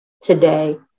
today